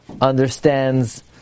understands